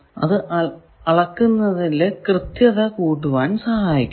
അത് അളക്കുന്നതിലെ കൃത്യത കൂട്ടുവാൻ സഹായിക്കുന്നു